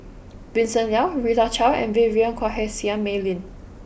Vincent Leow Rita Chao and Vivien Quahe Seah Mei Lin